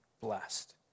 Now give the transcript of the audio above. blessed